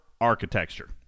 architecture